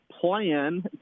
plan